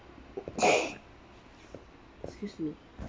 excuse me